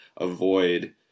avoid